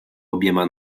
obiema